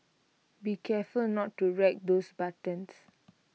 be careful not to wreck those buttons